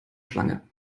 schlange